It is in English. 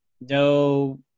no